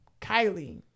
Kylie